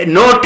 no